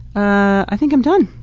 i think i'm done.